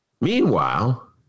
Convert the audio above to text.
Meanwhile